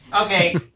Okay